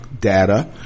data